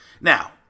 Now